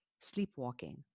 sleepwalking